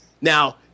Now